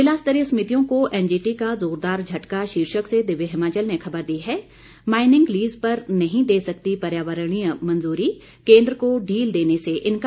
जिला स्तरीय समितियों को एनजीटी का जोरदार झटका शीर्षक से दिव्य हिमाचल ने खबर दी है माइनिंग लीज पर नहीं दे सकती पर्यावरणीय मंजूरी केन्द्र को ढील देने से इनकार